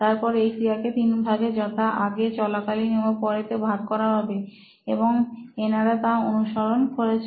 তারপর এই ক্রিয়াকে তিনটি ভাগে যথা আগে চলাকালীন এবং পরে তে ভাগ করা হবেএবং এনারা তা অনুসরণ করেছেন